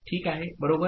ठीक आहे बरोबर